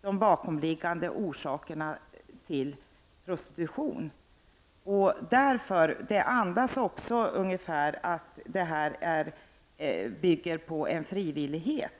de bakomliggande orsakerna till prostitution. Hans uttalande kan också tyda på att prostitution skulle bygga på frivillighet.